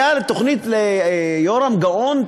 הייתה תוכנית ליהורם גאון,